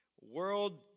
World